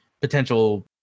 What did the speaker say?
potential